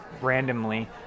randomly